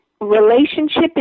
Relationship